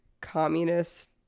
communist